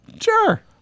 Sure